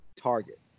target